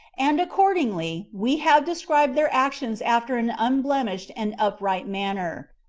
and accordingly we have described their actions after an unblemished and upright manner.